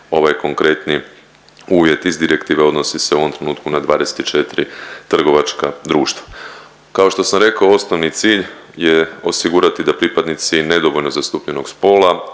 ovaj konkretni uvjet iz direktive odnosi se u ovom trenutku na 24 trgovačka društva. Kao što sam rekao osnovni cilj je osigurati da pripadnici nedovoljno zastupljenog spola